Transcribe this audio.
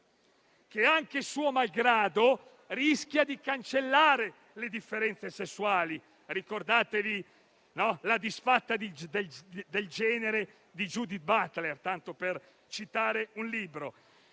che, anche suo malgrado, rischia di cancellare le differenze sessuali. Ricordatevi «La disfatta del genere» di Judith Butler, tanto per citare un libro.